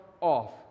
off